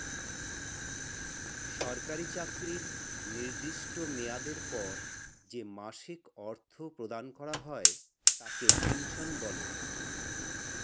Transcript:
সরকারি চাকরির নির্দিষ্ট মেয়াদের পর যে মাসিক অর্থ প্রদান করা হয় তাকে পেনশন বলে